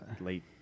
Late